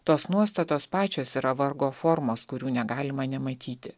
tos nuostatos pačios yra vargo formos kurių negalima nematyti